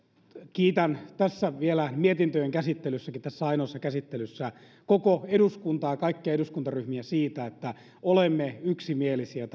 kiitän vielä tässä mietintöjen ainoassa käsittelyssäkin koko eduskuntaa kaikkia eduskuntaryhmiä siitä että olemme yksimielisiä